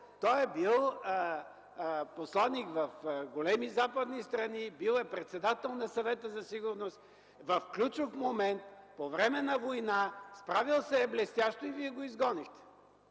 той е бил посланик в големи западни страни, бил е председател на Съвета за сигурност. В ключов момент – по време на война, справял се е блестящо и вие го изгонихте.